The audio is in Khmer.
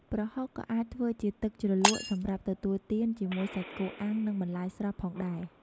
ប្រហុកក៏អាចធ្វើជាទឹកជ្រលក់សម្រាប់ទទួលទានជាមួយសាច់គោអាំងនិងបន្លែស្រស់ផងដែរ។